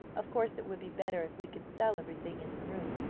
of course it would be better if we could sell everything in the room.